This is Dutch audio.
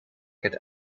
het